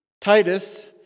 Titus